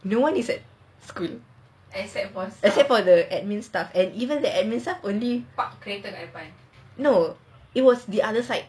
no one is at school except for the admin staff and even the admin staff only no it was the other side